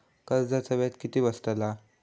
कर्जाचा व्याज किती बसतला?